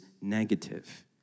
negative